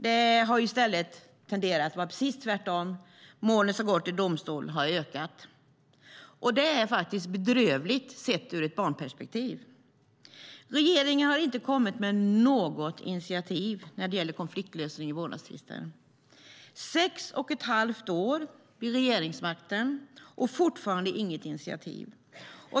Det har i stället tenderat att bli precis tvärtom: Målen som går till domstol har ökat. Det är bedrövligt sett ur ett barnperspektiv. Regeringen har inte kommit med något initiativ när det gäller konfliktlösning vid vårdnadstvister. Ni har suttit i sex och ett halvt år vid regeringsmakten, och det finns fortfarande inget initiativ.